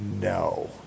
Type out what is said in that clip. no